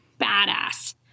badass